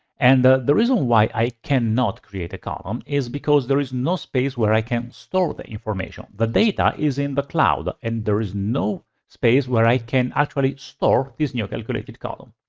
and the the reason why i cannot create a column is because there is no space where i can store the information. the data is in the cloud and there is no space where i can actually store this new calculated column.